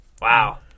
Wow